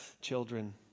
children